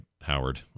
Howard